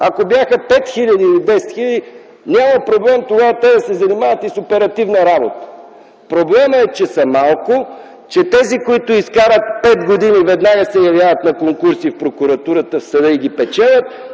а 5 или 10 хиляди, тогава няма проблем те да се занимават и с оперативна работа. Проблемът е, че са малко! Тези, които изкарат пет години, веднага се явяват на конкурси в прокуратурата и в съда и ги печелят,